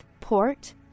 port